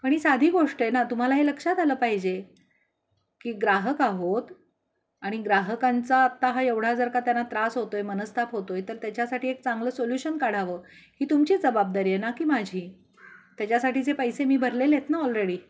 पण ही साधी गोष्ट आहे ना तुम्हाला हे लक्षात आलं पाहिजे की ग्राहक आहोत आणि ग्राहकांचा आत्ता हा एवढा जर का त्यांना त्रास होतो आहे मनस्ताप होतो आहे तर त्याच्यासाठी एक चांगलं सोल्युशन काढावं ही तुमची जबाबदारी आहे ना की माझी त्याच्यासाठीचे पैसे मी भरलेले आहेत ना ऑलरेडी